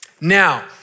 Now